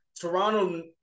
Toronto